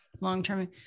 long-term